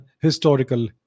historical